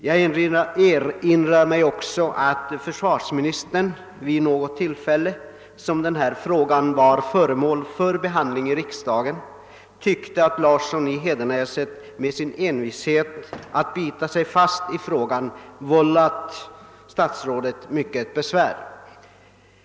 Jag erinrar mig att försvarsministern vid något tillfälle, då detta ärende var föremål för behandling i riksdagen, tyckte att herr Larsson i Hedenäset genom att så envist bita sig fast i frågan vållade honom mycket besvär.